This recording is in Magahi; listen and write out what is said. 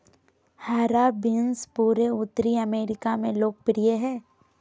हरा बीन्स पूरे उत्तरी अमेरिका में लोकप्रिय हइ